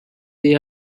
they